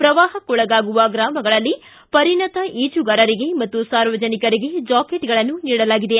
ಪ್ರವಾಹಕ್ಕೊಳಗಾಗುವ ಗ್ರಾಮಗಳಲ್ಲಿ ಪರಿಣತ ಈಜುಗಾರರಿಗೆ ಮತ್ತು ಸಾರ್ವಜನಿಕರಿಗೆ ಜಾಕೆಟ್ಗಳನ್ನು ನೀಡಲಾಗಿದೆ